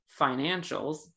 financials